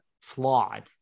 flawed